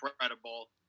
incredible